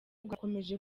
bwakomeje